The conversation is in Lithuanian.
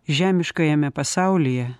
žemiškajame pasaulyje